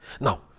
Now